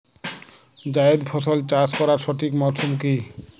জায়েদ ফসল চাষ করার সঠিক মরশুম কি?